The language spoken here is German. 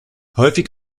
häufig